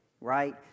right